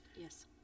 Yes